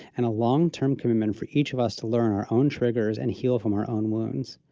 and a long term commitment for each of us to learn our own triggers and heal from our own wounds.